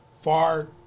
far